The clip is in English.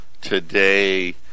today